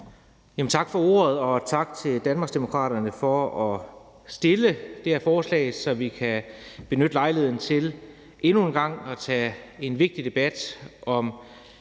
Tak for ordet, og tak til Danmarksdemokraterne for at fremsætte det her forslag, så vi kan benytte lejligheden til endnu en gang at tage en vigtig debat om